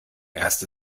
erst